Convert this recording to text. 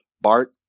BART